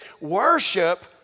worship